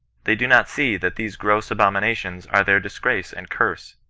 they do not see that these gross abominations are their dis grace and curse.